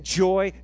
joy